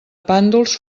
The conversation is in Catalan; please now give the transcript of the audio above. pàndols